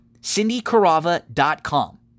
cindycarava.com